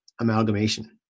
amalgamation